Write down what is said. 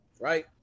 right